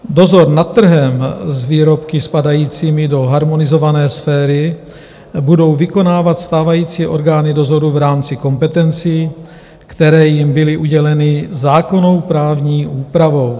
Dozor nad trhem s výrobky spadajícími do harmonizované sféry budou vykonávat stávající orgány dozoru v rámci kompetencí, které jim byly uděleny zákonnou právní úpravou.